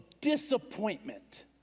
disappointment